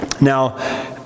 Now